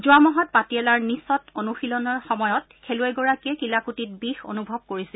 যোৱা মাহত পাটিয়ালাৰ নিচত অনুশীলনীৰ সময়ত খেলুৱৈগৰাকীয়ে কিলাকূটীত বিষ অনুভৱ কৰিছিল